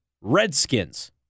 Redskins